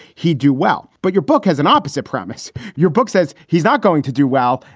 he'd do well. but your book has an opposite premise. your book says he's not going to do well.